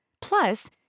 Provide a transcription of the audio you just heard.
Plus